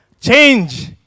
change